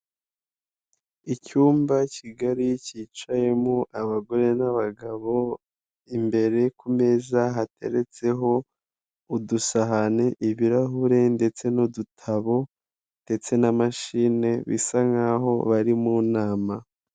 Icyumba kigari cyicayemo abagore n'abagabo imbere ku meza hateretseho udusahane, ibirahure, ndetse n'udutabo ndetse n' amashine bisa nk'aho bari mu nama.